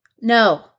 No